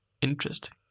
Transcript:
Interesting